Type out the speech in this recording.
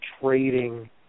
trading